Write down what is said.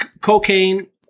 Cocaine